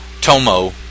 Tomo